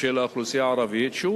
של האוכלוסייה הערבית,